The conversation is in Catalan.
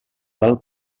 del